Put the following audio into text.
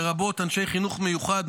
לרבות אנשי חינוך מיוחד,